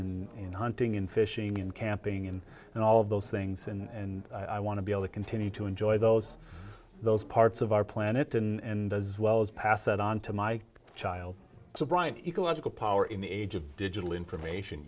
in hunting and fishing and camping and and all of those things and i want to be able to continue to enjoy those those parts of our planet and as well as pass it on to my child so brian ecological power in the age of digital information